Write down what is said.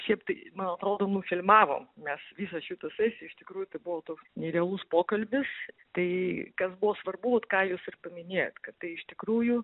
šiaip tai man atrodo nufilmavom mes visą šitą sesiją iš tikrųjų tai buvo toks nerealus pokalbis tai kas buvo svarbu vat ką jūs ir paminėjot kad tai iš tikrųjų